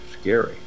scary